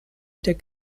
der